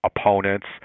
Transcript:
opponents